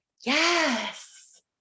yes